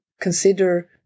consider